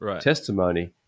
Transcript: testimony